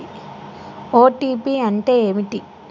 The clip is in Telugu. ఓ.టీ.పి అంటే ఏంటిది?